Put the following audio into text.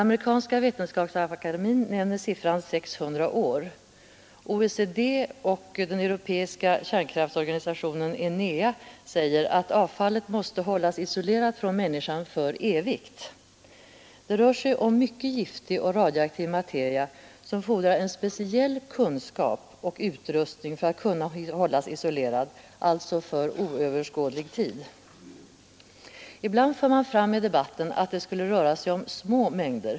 Amerikanska vetenskapsakademin nämner siffran 600 år, OECD och den europeiska kärnkraftorganisationen ENEA säger att avfallet måste hållas isolerat från människan för evigt. Det rör sig om mycket giftig och radioaktiv materia som fordrar speciell kunskap och utrustning för att kunna hållas isolerad, alltså för oöverskådlig tid. Ibland för man fram i debatten att det skulle röra sig om små mängder.